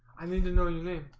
i need to know your name